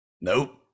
Nope